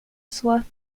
sua